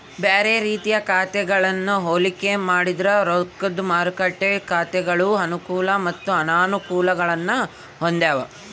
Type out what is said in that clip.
ಬ್ಯಾರೆ ರೀತಿಯ ಖಾತೆಗಳನ್ನ ಹೋಲಿಕೆ ಮಾಡಿದ್ರ ರೊಕ್ದ ಮಾರುಕಟ್ಟೆ ಖಾತೆಗಳು ಅನುಕೂಲ ಮತ್ತೆ ಅನಾನುಕೂಲಗುಳ್ನ ಹೊಂದಿವ